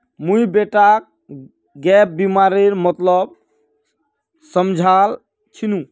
मुई बेटाक गैप बीमार मतलब समझा छिनु